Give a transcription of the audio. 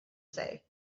say